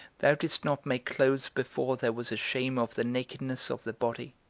thou didst not make clothes before there was a shame of the nakedness of the body,